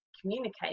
communicate